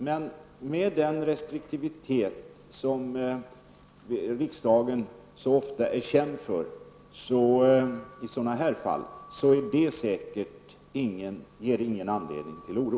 Med tanke på den restriktivitet som riksdagen så ofta är känd för i så många sådana fall, ger det säkert ingen anledning till oro.